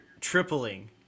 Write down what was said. tripling